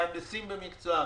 מהנדסים במקצועם.